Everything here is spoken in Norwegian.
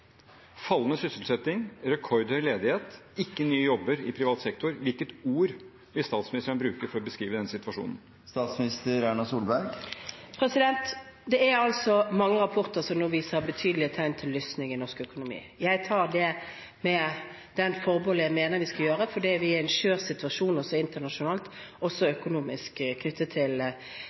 Fallende sysselsetting, rekordhøy ledighet, ikke nye jobber i privat sektor – hvilket ord vil statsministeren bruke for å beskrive den situasjonen? Det er mange rapporter som nå viser tydelige tegn til lysning i norsk økonomi. Jeg tar det med det forbeholdet jeg mener vi skal gjøre, for vi er i en skjør situasjon også internasjonalt, også økonomisk, knyttet til